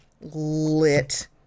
lit